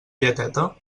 lleteta